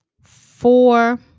four